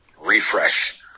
Refresh